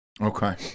Okay